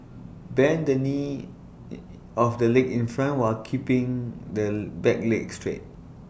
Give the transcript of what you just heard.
bend the knee of the leg in front while keeping the back leg straight